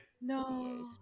No